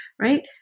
right